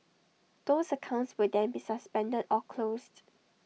those accounts will then be suspended or closed